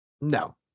No